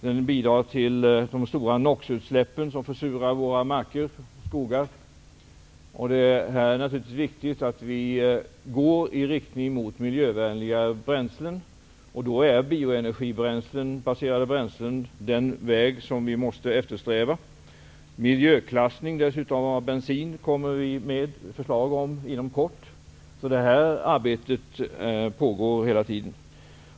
Den bidrar till de stora NOX-utsläppen som försurar våra marker och skogar. Det är viktigt att vi går i riktning mot miljövänliga bränslen. Då måste vi eftersträva att använda bioenergibaserade bränslen i stället. Vi kommer inom kort med förslag om miljöklassning av bensin. Detta arbete pågår hela tiden.